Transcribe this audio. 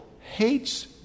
hates